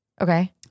Okay